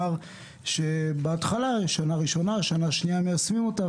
המלצות משנים קודמות: לחייב את הגורמים האחראים לטיפול בענף,